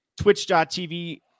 twitch.tv